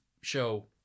show